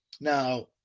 Now